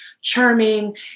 charming